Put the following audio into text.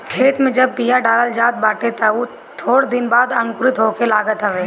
खेते में जब बिया डालल जात बाटे तअ उ थोड़ दिन बाद अंकुरित होखे लागत हवे